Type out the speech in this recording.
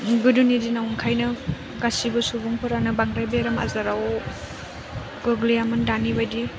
गोदोनि दिनाव ओंखायनो गासैबो सुबुंफोरानो बांद्राय बेराम आजाराव गोग्लैयामोन दानि बायदि